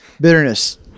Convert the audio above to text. Bitterness